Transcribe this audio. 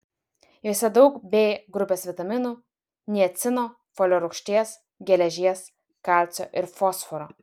juose daug b grupės vitaminų niacino folio rūgšties geležies kalcio ir fosforo